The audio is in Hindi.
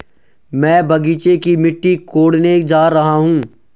मैं बगीचे की मिट्टी कोडने जा रहा हूं